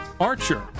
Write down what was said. archer